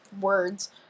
words